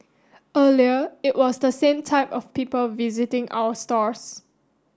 earlier it was the same type of people visiting our stores